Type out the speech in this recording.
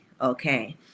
okay